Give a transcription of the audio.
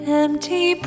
empty